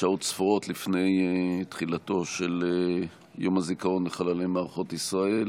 שעות ספורות לפני תחילתו של יום הזיכרון לחללי מערכות ישראל,